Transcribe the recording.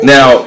Now